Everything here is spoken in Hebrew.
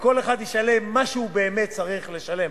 וכל אחד ישלם מה שהוא באמת צריך לשלם.